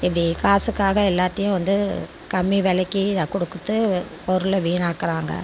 இப்படி காசுக்காக எல்லாத்தையும் வந்து கம்மி விலைக்கு கொடுத்து பொருளை வீணாக்குறாங்க